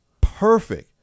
perfect